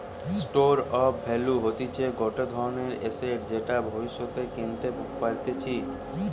store of value হতিছে গটে ধরণের এসেট যেটা ভব্যিষতে কেনতে পারতিছে